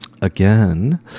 again